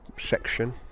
section